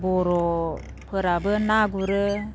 बर'फोराबो ना गुरो